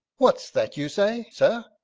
what's that you say, sir,